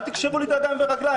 אל תקשרו לי את הידיים והרגליים.